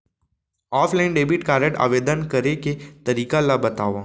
Offline debit card आवेदन करे के तरीका ल बतावव?